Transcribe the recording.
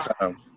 time